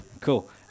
Cool